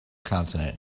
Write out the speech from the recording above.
consonant